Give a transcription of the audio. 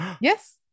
yes